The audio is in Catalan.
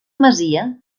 masia